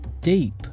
deep